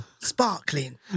Sparkling